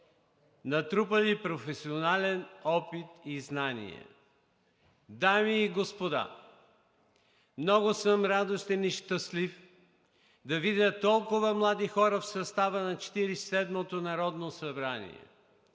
натрупали професионален опит и знание. Дами и господа, много съм радостен и щастлив да видя толкова млади хора в състава на Четиридесет